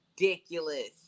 ridiculous